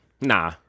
Nah